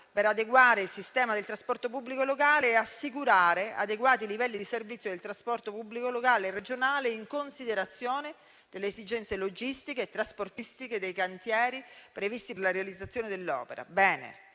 per adeguare il sistema del trasporto pubblico locale e assicurare adeguati livelli di servizio del trasporto pubblico locale e regionale in considerazione delle esigenze logistiche e trasportistiche dei cantieri previsti per la realizzazione dell'opera;